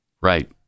Right